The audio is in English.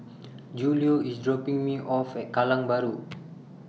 Julio IS dropping Me off At Kallang Bahru